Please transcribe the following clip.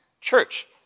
church